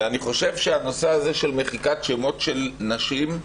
אני חושב שהנושא הזה של מחיקת שמות של נשים,